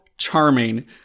charming